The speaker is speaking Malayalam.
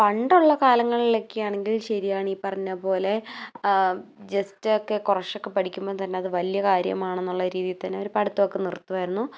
പണ്ടുള്ള കാലങ്ങളിലൊക്കെയാണെങ്കിൽ ശരിയാണീ പറഞ്ഞ പോലെ ജസ്റ്റൊക്കെ കുറച്ചൊക്കെ പഠിക്കുമ്പം തന്നെ അത് വലിയ കാര്യമാണെന്നുള്ള രീതിയിൽ തന്നെ അവർ പഠിത്തമൊക്കേ നിർത്തുമായിരുന്നു